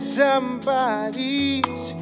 somebody's